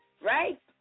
right